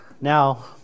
Now